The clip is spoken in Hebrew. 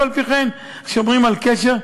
אף-על-פי-כן שומרים על קשר,